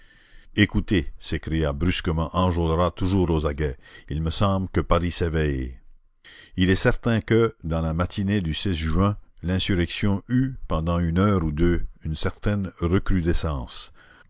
écoutez s'écria brusquement enjolras toujours aux aguets il me semble que paris s'éveille il est certain que dans la matinée du juin l'insurrection eut pendant une heure ou deux une certaine recrudescence